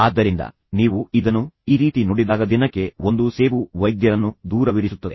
ಆದ್ದರಿಂದ ನೀವು ಇದನ್ನು ಈ ರೀತಿ ನೋಡಿದಾಗ ದಿನಕ್ಕೆ ಒಂದು ಸೇಬು ವೈದ್ಯರನ್ನು ದೂರವಿರಿಸುತ್ತದೆ